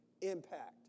impact